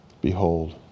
Behold